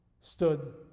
stood